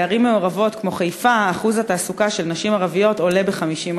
בערים מעורבות כמו חיפה אחוז התעסוקה של נשים ערביות עולה ב-50%,